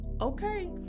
okay